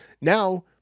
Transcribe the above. Now